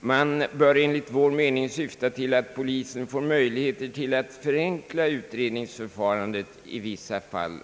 Man bör enligt vår mening syfta till att polisen får möjligheter att förenkla utredningsförfarandet i vissa fall.